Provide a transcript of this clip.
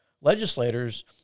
legislators